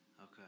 Okay